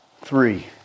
Three